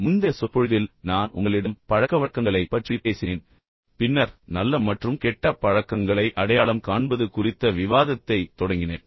முந்தைய சொற்பொழிவில் நான் உங்களிடம் பழக்கவழக்கங்களைப் பற்றி பேசினேன் பின்னர் நல்ல மற்றும் கெட்ட பழக்கங்களை அடையாளம் காண்பது குறித்த விவாதத்தைத் தொடங்கினேன்